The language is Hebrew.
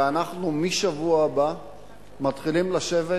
ואנחנו מהשבוע הבא מתחילים לשבת,